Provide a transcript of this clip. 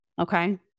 Okay